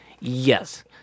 Yes